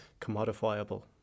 commodifiable